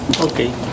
Okay